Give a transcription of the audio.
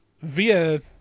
via